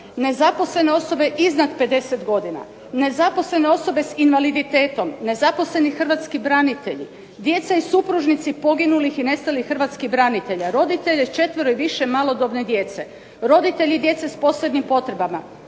nezaposlene osobe iznad 50 godina, nezaposlene osobe sa invaliditetom, nezaposleni Hrvatski branitelji, djeca i supružnici poginulih i nestalih Hrvatskih branitelja, roditelje s 4 ili više malodobne djece, roditelji djece s posebnim potrebama,